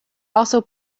also